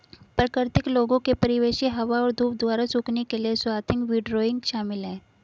प्राकृतिक लोगों के परिवेशी हवा और धूप द्वारा सूखने के लिए स्वाथिंग विंडरोइंग शामिल है